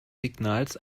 signals